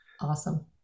Awesome